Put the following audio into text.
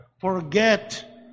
forget